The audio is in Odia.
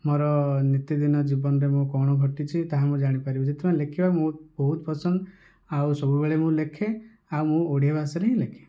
ମୋର ନିତିଦିନ ଜୀବନରେ ମୁଁ କଣ ଘଟିଛି ତାହା ମୁଁ ଜାଣିପାରିବି ସେଥିପାଇଁ ଲେଖିବା ମୋର ବହୁତ ପସନ୍ଦ ଆଉ ସବୁବେଳେ ମୁଁ ଲେଖେ ଆଉ ମୁଁ ଓଡ଼ିଆ ଭାଷାରେ ହିଁ ଲେଖେ